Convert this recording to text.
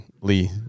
Lee